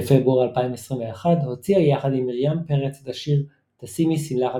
בפברואר 2021 הוציאה יחד עם מרים פרץ את השיר תשימי שמלה חדשה.